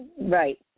Right